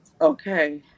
Okay